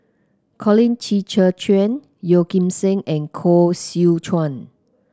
Colin Qi Zhe Quan Yeo Kim Seng and Koh Seow Chuan